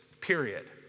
period